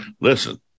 Listen